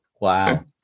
Wow